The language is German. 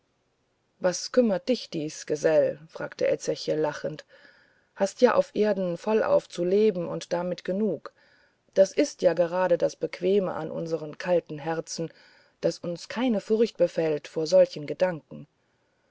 was kümmert dich dies gesell fragte ezechiel lachend hast ja auf erden vollauf zu leben und damit genug das ist ja gerade das bequeme in unsern kalten herzen daß uns keine furcht befällt vor solchen gedanken